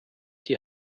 die